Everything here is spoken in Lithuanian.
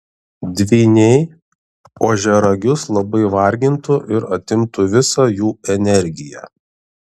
dvyniai ožiaragius labai vargintų ir atimtų visą jų energiją